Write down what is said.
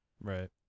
right